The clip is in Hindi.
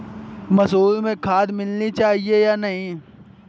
मसूर में खाद मिलनी चाहिए या नहीं?